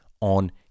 on